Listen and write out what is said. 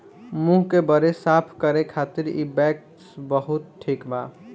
मुंह के बरे साफ करे खातिर इ वैक्स बहुते ठिक बा